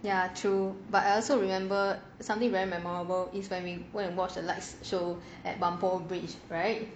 ya true but I also remember something very memorable is when we want to watch the lights show at bridge right